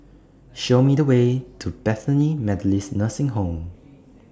Show Me The Way to Bethany Methodist Nursing Home